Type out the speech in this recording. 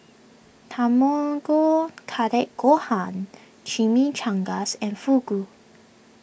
Tamago Kake Gohan Chimichangas and Fugu